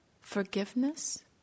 forgiveness